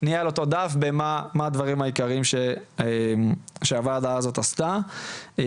דף של מה הדברים העיקריים שהוועדה הזאת עשתה.